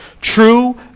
true